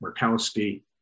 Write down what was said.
Murkowski